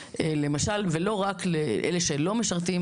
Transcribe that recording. באוניברסיטאות ולא רק לאלה שלא משרתים.